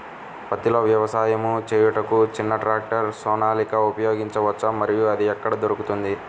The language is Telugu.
పత్తిలో వ్యవసాయము చేయుటకు చిన్న ట్రాక్టర్ సోనాలిక ఉపయోగించవచ్చా మరియు అది ఎక్కడ దొరుకుతుంది?